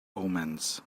omens